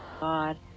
God